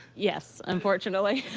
yes, unfortunately